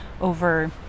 over